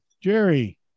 Jerry